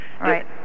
Right